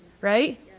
Right